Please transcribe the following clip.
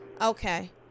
Okay